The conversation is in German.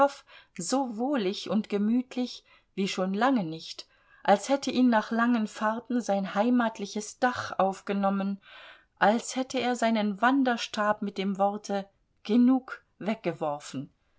so wohlig und gemütlich wie schon lange nicht als hätte ihn nach langen fahrten sein heimatliches dach aufgenommen als hätte er seinen wanderstab mit dem worte genug weggeworfen